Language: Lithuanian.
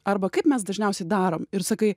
arba kaip mes dažniausiai darome ir sakai